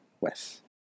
Wes